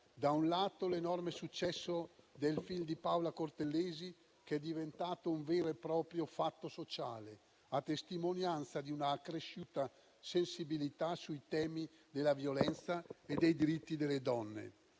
da un lato, l'enorme successo del film di Paola Cortellesi, che è diventato un vero e proprio fatto sociale, a testimonianza di una accresciuta sensibilità sui temi della violenza e dei diritti delle donne.